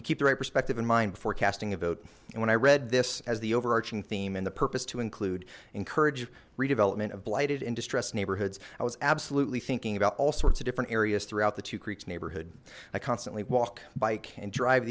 you keep the right perspective in mind before casting a vote and when i read this as the overarching theme and the purpose to include encourage redevelopment of blighted and distressed neighborhoods i was absolutely thinking about all sorts of different areas throughout the two creeks neighborhood i constantly walk bike and drive